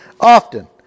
often